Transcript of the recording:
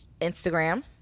Instagram